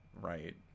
right